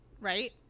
right